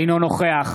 אינו נוכח